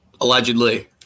Allegedly